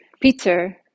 Peter